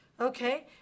Okay